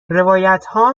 روایتها